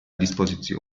disposizione